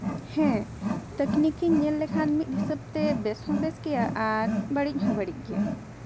ᱦᱮᱸ ᱛᱟᱠᱷᱱᱤᱠ ᱤᱧ ᱧᱮᱞ ᱞᱮᱠᱷᱟᱱ ᱢᱤᱫ ᱦᱤᱥᱟᱹᱵ ᱛᱮ ᱵᱮᱥ ᱦᱚᱸ ᱵᱮᱥ ᱜᱮᱭᱟ ᱟᱨ ᱵᱟᱹᱲᱤᱡ ᱦᱚᱸ ᱵᱟᱹᱲᱤᱡ ᱜᱮᱭᱟ